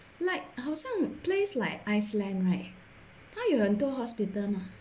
like 好像 place like Iceland right 他有很多 hospital mah